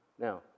Now